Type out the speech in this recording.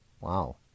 Wow